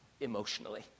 emotionally